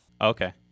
Okay